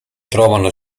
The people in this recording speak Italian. trovano